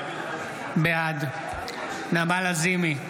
בעד נעמה לזימי,